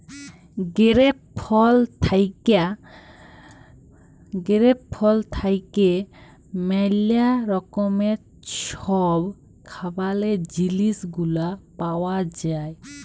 grape ফল থ্যাইকে ম্যালা রকমের ছব খাবারের জিলিস গুলা পাউয়া যায়